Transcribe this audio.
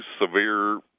severe